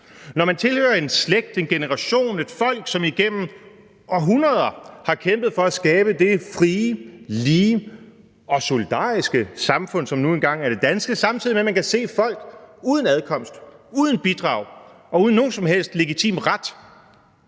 Når man tilhører en slægt, en generation, et folk, som igennem århundreder har kæmpet for at skabe det frie, lige og solidariske samfund, som nu engang er det danske, samtidig med at man kan se, at folk uden adkomst, uden bidrag og uden nogen som helst legitim ret